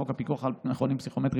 5. חוק הפיקוח על מכונים פסיכומטריים,